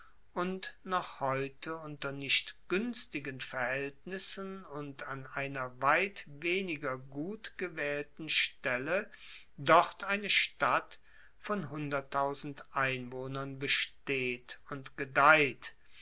und noch heute unter nicht guenstigen verhaeltnissen und an einer weit weniger gut gewaehlten stelle dort eine stadt von hunderttausend einwohnern besteht und gedeiht